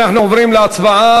אנחנו עוברים להצבעה,